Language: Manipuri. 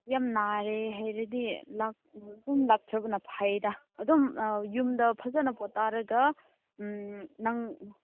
ꯌꯥꯝ ꯅꯥꯔꯦ ꯍꯦ ꯑꯗꯨꯗꯤ ꯑꯗꯨꯝ ꯂꯥꯛꯇꯕꯅ ꯐꯩꯗ ꯑꯗꯨꯝ ꯌꯨꯝꯗ ꯐꯖꯅ ꯄꯣꯊꯥꯔꯒ ꯅꯪ